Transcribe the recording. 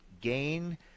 gain